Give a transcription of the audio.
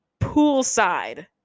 poolside